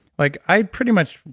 like i pretty much,